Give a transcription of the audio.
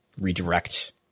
redirect